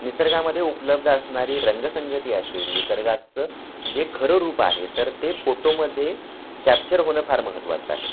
निसर्गामध्ये उपलब्ध असणारी रंगसगती असेल निसर्गाचं जे खरं रूप आहे तर ते फोटोमध्ये कॅप्चर होणं फार महत्त्वाचं आहे